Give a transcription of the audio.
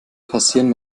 passieren